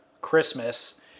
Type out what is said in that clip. Christmas